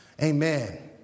amen